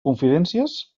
confidències